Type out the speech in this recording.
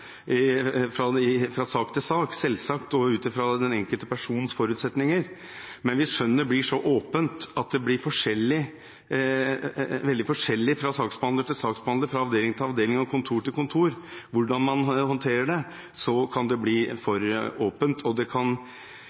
skjønn fra sak til sak, selvsagt, og ut fra den enkelte persons forutsetninger, men hvis skjønnet blir så åpent at det blir veldig forskjellig fra saksbehandler til saksbehandler, fra avdeling til avdeling og fra kontor til kontor hvordan man håndterer det, kan det bli for åpent, og det